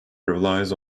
relies